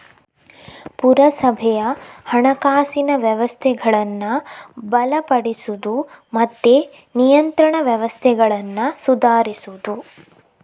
ಪುರಸಭೆಯ ಹಣಕಾಸಿನ ವ್ಯವಸ್ಥೆಗಳನ್ನ ಬಲಪಡಿಸುದು ಮತ್ತೆ ನಿಯಂತ್ರಣ ವ್ಯವಸ್ಥೆಗಳನ್ನ ಸುಧಾರಿಸುದು